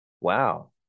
wow